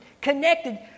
connected